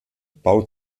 bau